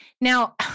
Now